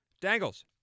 dangles